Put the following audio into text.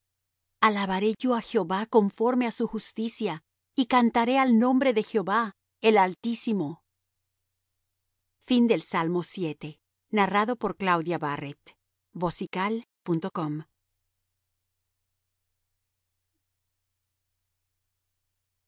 alabaré yo á jehová conforme á su justicia y cantaré al nombre de jehová el altísimo al músico principal sobre gittith salmo de